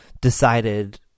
decided